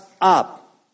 up